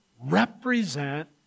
represent